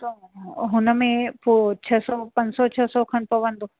त हुन में पोइ छह सौ पंज सौ छह सौ खनि पवंदो